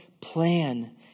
plan